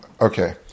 okay